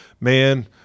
man